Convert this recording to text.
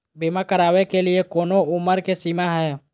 बीमा करावे के लिए कोनो उमर के सीमा है?